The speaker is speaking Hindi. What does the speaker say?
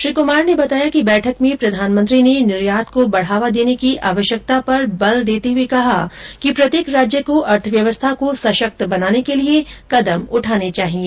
श्री कुमार ने बताया कि बैठक में प्रधानमंत्री ने निर्यात को बढावा देने की आवश्यकता पर बल देते हुए कहा कि प्रत्येक राज्य को अर्थव्यवस्था को सशक्त बनाने के लिए कदम उठाने चाहिए